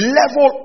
level